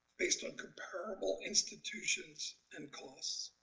based on comparable institutions and costs.